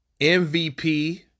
MVP